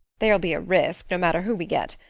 there'll be a risk, no matter who we get.